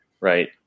right